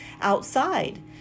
outside